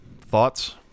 thoughts